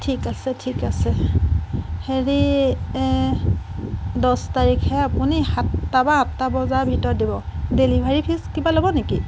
ঠিক আছে ঠিক আছে হেৰি এ দহ তাৰিখে আপুনি সাতটা পা আঠটা বজাৰ ভিতৰত দিব ডেলিভাৰি ফিছ কিবা ল'ব নেকি